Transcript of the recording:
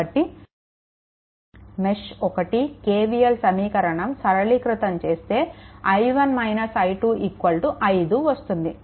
కాబట్టి mesh 1 KVL సమీకరణం సరళీకృతం చేస్తే i1 i2 5 వస్తుంది